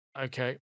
Okay